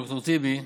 ד"ר טיבי,